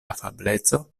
afableco